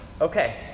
Okay